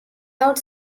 out